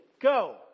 go